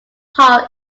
hall